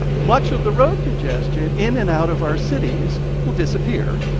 much of the road congestion in and out of our cities will disappear.